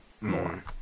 more